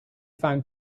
found